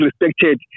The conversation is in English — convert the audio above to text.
respected